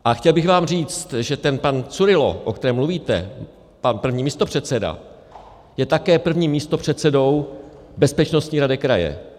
A chtěl bych vám říct, že ten pan Curylo, o kterém mluvíte, pan první místopředseda, je také prvním místopředsedou bezpečnostní rady kraje.